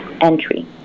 entry